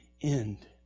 end